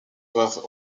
doivent